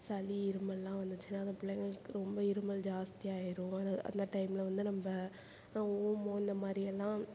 சளி இருமலெல்லாம் வந்துச்சுன்னா அந்த பிள்ளைங்களுக்கு ரொம்ப இருமல் ஜாஸ்தியாகிரும் அந்த அந்த டைமில் வந்து நம்ம ஓமம் இந்தமாதிரி எல்லாம்